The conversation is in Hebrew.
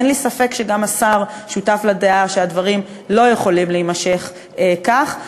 אין לי ספק שגם השר שותף לדעה שהדברים לא יכולים להימשך כך.